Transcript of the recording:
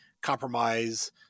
compromise